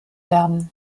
werden